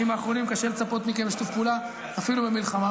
האחרונים קשה לצפות מכם לשיתוף פעולה אפילו במלחמה,